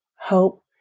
hope